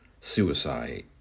suicide